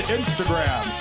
Instagram